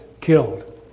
killed